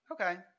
Okay